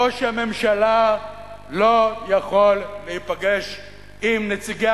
ראש הממשלה לא יכול להיפגש עם נציגי